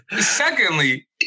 secondly